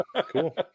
cool